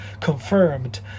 confirmed